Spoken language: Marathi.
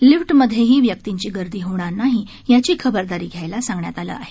लिफ्टमध्येही व्यक्तींची गर्दी होणार नाही याची खबरदारी घ्यायला सांगण्यात आलं आहे